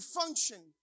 function